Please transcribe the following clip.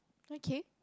okay